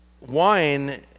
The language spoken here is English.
wine